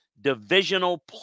divisional